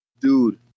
dude